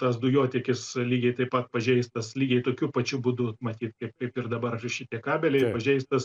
tas dujotiekis lygiai taip pat pažeistas lygiai tokiu pačiu būdu matyt kaip kaip ir dabar šitie kabeliai pažeistas